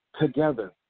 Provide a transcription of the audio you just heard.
together